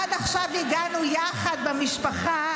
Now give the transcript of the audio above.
עד עכשיו הגענו יחד במשפחה